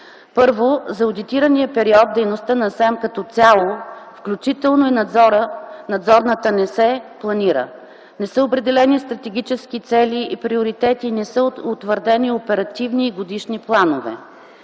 Първо – за одитирания период дейността на СЕМ като цяло, включително надзорната, не се планира. Не са определени стратегически цели и приоритети, не са утвърдени оперативни и годишни планове.